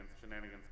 Shenanigans